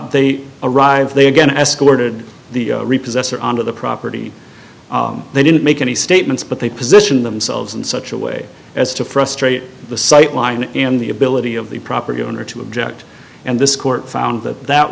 they arrive they again escorted the repossess or on to the property they didn't make any statements but they position themselves in such a way as to frustrate the sightline in the ability of the property owner to object and this court found that that